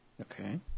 Okay